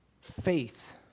faith